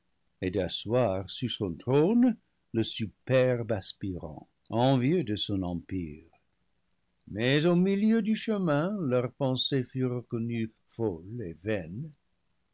et d'asseoir sur son trône le superbe aspirant envieux de son empire mais au milieu du chemin leurs pensées furent reconnues folles et vaines